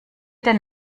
den